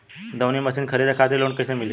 दऊनी मशीन खरीदे खातिर लोन कइसे मिली?